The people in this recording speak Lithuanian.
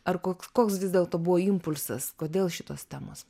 ar koks koks vis dėlto buvo impulsas kodėl šitos temos